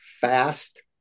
fast